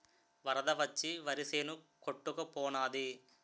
వరద వచ్చి వరిసేను కొట్టుకు పోనాది